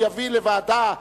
הוא יביא לוועדה,